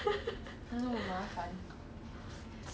you never go school you also keep going out also must